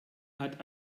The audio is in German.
hat